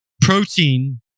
protein